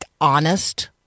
honest